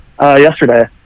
yesterday